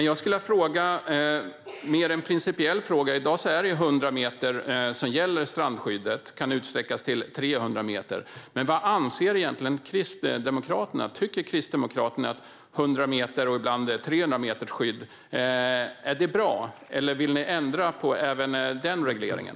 Jag skulle vilja ställa en mer principiell fråga. I dag är det 100 meter som gäller för strandskyddet, och det kan utsträckas till 300 meter. Vad anser egentligen Kristdemokraterna? Tycker Kristdemokraterna att 100 och ibland 300 meters skydd är bra, eller vill man ändra på även den regleringen?